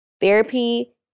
Therapy